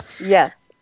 Yes